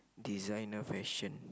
designer fashion